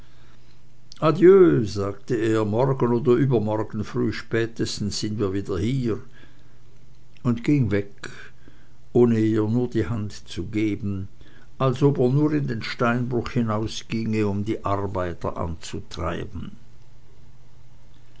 sagte er morgen oder übermorgen früh spätestens sind wir wieder hier und ging weg ohne ihr nur die hand zu geben als ob er nur in den steinbruch hinausginge um die arbeiter anzutreiben